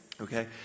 Okay